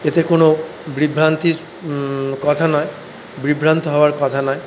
এতে কোনও বিভ্রান্তির কথা নয় বিভ্রান্ত হওয়ার কথা নয়